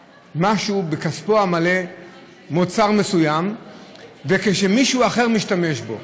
בכספו המלא מוצר מסוים ומישהו אחר משתמש בו